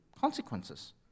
consequences